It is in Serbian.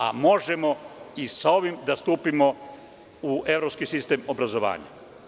A možemo i sa ovim da stupimo u evropski sistem obrazovanja.